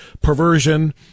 perversion